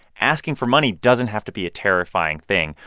asking for money doesn't have to be a terrifying thing.